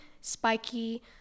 spiky